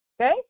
okay